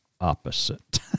opposite